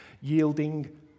yielding